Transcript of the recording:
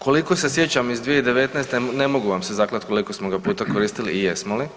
Koliko se sjećam iz 2019. ne mogu vam se zakleti koliko smo ga puta koristili i jesmo li.